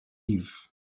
eve